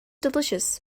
delicious